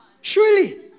Surely